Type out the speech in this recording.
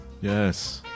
yes